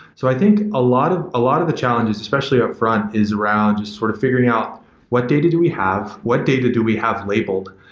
so i think a lot of lot of the challenges, especially upfront, is around sort of figuring out what data do we have? what data do we have labeled?